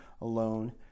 alone